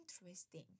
interesting